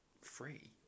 free